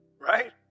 Right